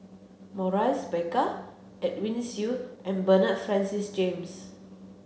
Maurice Baker Edwin Siew and Bernard Francis James